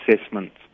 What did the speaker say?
assessments